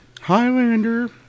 Highlander